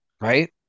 right